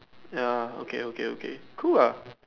ya okay okay okay cool lah